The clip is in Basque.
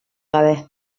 gabe